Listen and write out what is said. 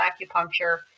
acupuncture